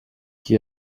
qui